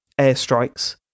airstrikes